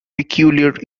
peculiar